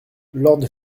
lord